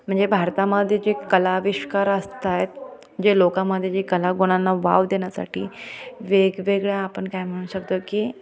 म्हणजे भारतामध्ये जे कलाविष्कार असतात जे लोकांमध्ये जे कलागुणांना वाव देण्यासाठी वेगवेगळ्या आपण काय म्हणू शकतो की